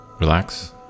Relax